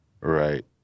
Right